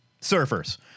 surfers